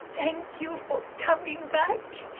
and you for coming back.